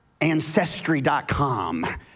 ancestry.com